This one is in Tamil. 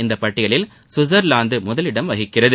இந்த பட்டியலில் சுவிட்சா்லாந்து முதலிடம் வகிக்கிறது